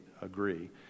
agree